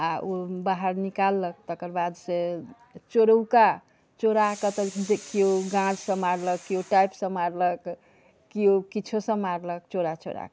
आ ओ बाहर निकाललक तेकर बादसँ चोरौका चोराके केओ गाछसँ मारलक केओ सँ मारलक केओ किछौसँ मारलक चोरा चोराके